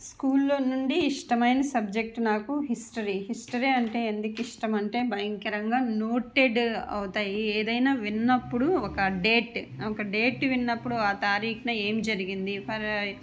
స్కూల్లో నుండి ఇష్టమైన సబ్జెక్టు నాకు హిస్టరీ హిస్టరీ అంటే ఎందుకు ఇష్టం అంటే భయంకరంగా నోటెడ్ అవుతాయి ఏదైనా విన్నప్పుడు ఒక డేట్ ఒక డేట్ విన్నప్పుడు ఆ తారీఖున ఏం జరిగింది పరాయి